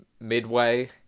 Midway